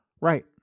Right